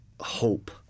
hope